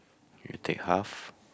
you take half